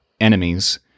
enemies